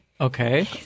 Okay